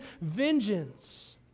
vengeance